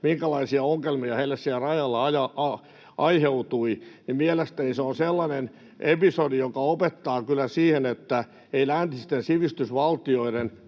minkälaisia ongelmia heille siellä rajalla aiheutuikaan. Mielestäni se on sellainen episodi, joka opettaa kyllä siihen, että ei läntisten sivistysvaltioiden